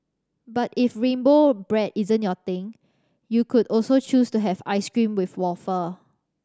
but if rainbow bread isn't your thing you could also choose to have ice cream with wafer